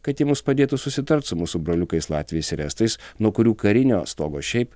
kad jie mums padėtų susitart su mūsų broliukais latviais ir estais nuo kurių karinio stogo šiaip